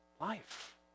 Life